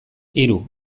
hiru